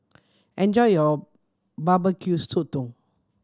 enjoy your Barbecue Sotong